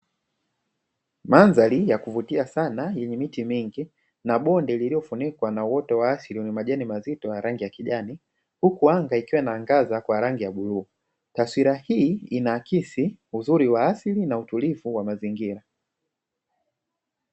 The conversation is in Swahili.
Mandhari ya kuvutia sana yenye miti mingi na bonde lililofunikwa na uoto wa asili, majani mazito ya rangi ya kijani huku anga ikiwa inaangaza kwa rangi ya bluu. Taswira hii inaakisi uzuri wa asili na utulivu wa mazingira.